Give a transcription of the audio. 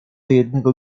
jednego